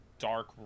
dark